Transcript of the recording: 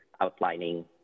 outlining